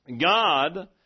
God